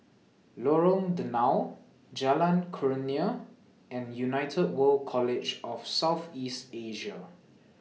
Lorong Danau Jalan Kurnia and United World College of South East Asia